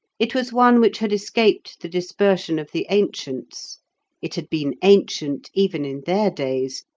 it was one which had escaped the dispersion of the ancients it had been ancient even in their days,